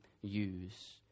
use